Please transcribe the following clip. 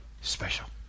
special